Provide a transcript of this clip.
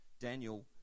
Daniel